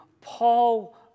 Paul